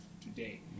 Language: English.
today